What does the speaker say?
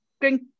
drink